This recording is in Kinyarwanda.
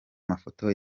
mafoto